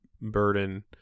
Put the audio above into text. burden